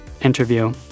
interview